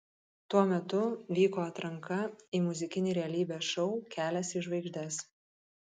tuo metu vyko atranka į muzikinį realybės šou kelias į žvaigždes